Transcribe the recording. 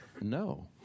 no